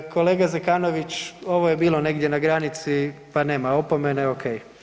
Kolega Zekanović ovo je bilo negdje na granici pa nema opomene, ok.